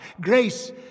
grace